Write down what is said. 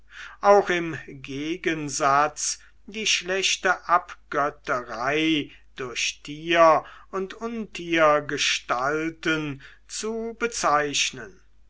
auch im gegensatz die schlechte abgötterei durch tier und untiergestalten zu bezeichnen